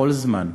בכל זמן,